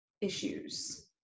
issues